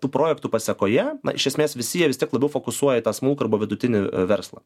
tų projektų pasekoje iš esmės visi jie vis tiek labiau fokusuoja į tą smulkų arba vidutinį verslą